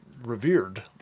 revered